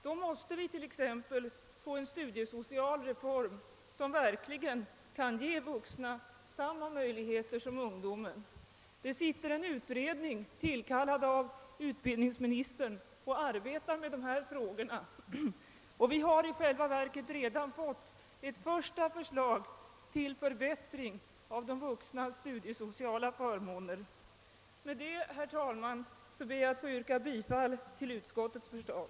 Då måste vi t.ex. få en studiesocial reform som verkligen kan ge vuxna samma möjligheter som ungdomen. En utredning, som har tillkallats av utbildningsministern, arbetar med de här frågorna, och vi har i själva verket redan fått ett första förslag till förbättring av de vuxnas studiesociala förmåner. Jag ber, herr talman, att få yrka bifall till utskottets förslag.